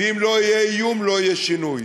ואם לא יהיה איום, לא יהיה שינוי.